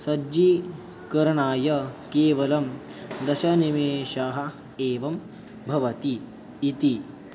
सज्जीकरणाय केवलं दश निमेषाः एवं भवति इति